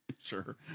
Sure